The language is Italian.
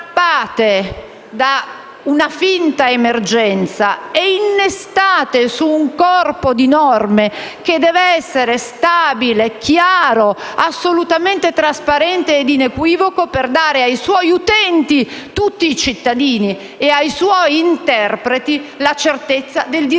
strappate da una finta emergenza e innestate su un corpo di norme che deve essere stabile, chiaro, assolutamente trasparente ed inequivoco, per dare ai suoi utenti, tutti i cittadini, e ai suoi interpreti, la certezza del diritto.